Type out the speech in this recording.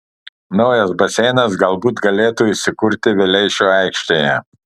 naujas baseinas galbūt galėtų įsikurti vileišio aikštėje